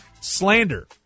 slander